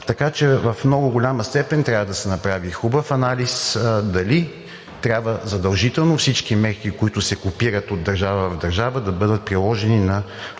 Така че в много голяма степен трябва да се направи хубав анализ дали трябва задължително всички мерки, които се копират от държава в държава, да бъдат приложени на